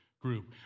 group